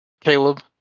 Caleb